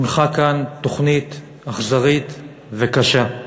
הונחה כאן תוכנית אכזרית וקשה.